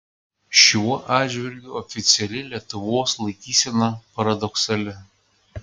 šiuo atžvilgiu oficiali lietuvos laikysena paradoksali